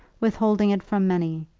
withholding it from many.